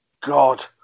god